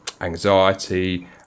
anxiety